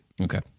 Okay